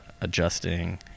adjusting